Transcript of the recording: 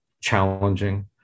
challenging